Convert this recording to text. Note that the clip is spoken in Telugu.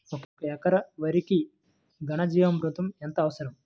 ఒక ఎకరా వరికి ఘన జీవామృతం ఎంత అవసరం?